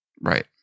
right